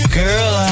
girl